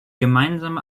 gemeinsame